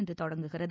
இன்று தொடங்குகிறது